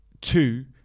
two